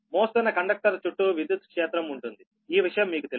మోస్తున్న కండక్టర్ చుట్టూ విద్యుత్ క్షేత్రం ఉంటుంది ఈ విషయం మీకు తెలుసు